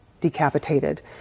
decapitated